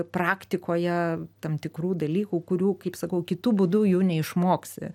praktikoje tam tikrų dalykų kurių kaip sakau kitu būdu jų neišmoksi